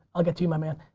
i'll get to you my man,